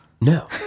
No